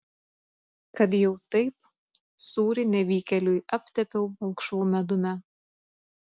kad jau taip sūrį nevykėliui aptepiau balkšvu medumi